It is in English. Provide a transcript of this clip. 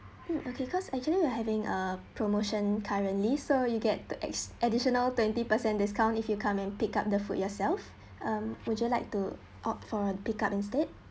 mm okay because actually we are having a promotion currently so you get to ex~ additional twenty percent discount if you come and pick up the food yourself um would you like to opt for a pick up instead